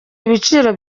ibiciro